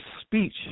speech